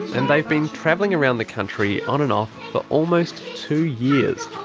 and they've been travelling around the country on and off for almost two years.